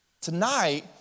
Tonight